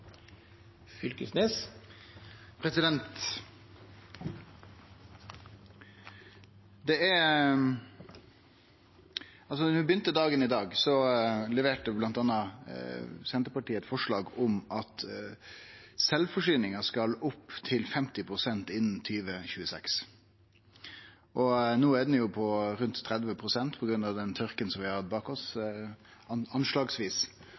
vi begynte dagen i dag, leverte Senterpartiet inn eit forslag om at sjølvforsyninga skal opp til 50 pst. innan 2026. No er ho på rundt 30 pst. anslagsvis, på grunn av den tørken som vi har bak oss,